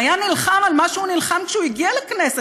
והיה נלחם על מה שהוא נלחם כשהוא הגיע לכנסת.